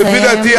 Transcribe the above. לפי דעתי,